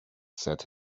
said